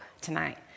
tonight